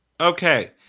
Okay